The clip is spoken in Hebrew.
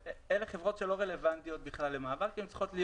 אלה חברות שלא רלוונטיות בכלל למעבר כי הן צריכות להיות